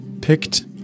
Picked